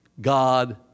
God